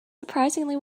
surprisingly